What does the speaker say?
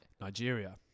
Nigeria